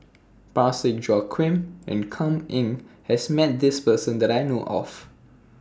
Parsick Joaquim and Kam Ning has Met This Person that I know of